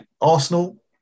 Arsenal